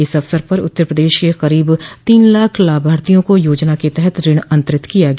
इस अवसर पर उत्तर प्रदेश के करीब तीन लाख लाभार्थियों को योजना के तहत ऋण अंतरित किया गया